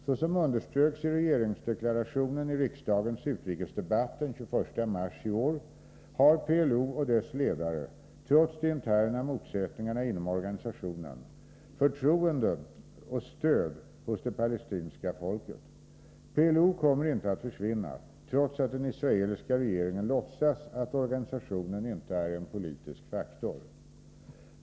Såsom underströks i regeringsdeklarationen i riksdagens utrikesdebatt den 21 marsi år, har PLO och dess ledare —trots de interna motsättningarna inom organisationen — förtroende och stöd hos det palestinska folket. PLO kommer inte att försvinna, trots att den israeliska regeringen låtsas att organisationen inte är en politisk faktor.